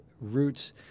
roots